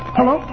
Hello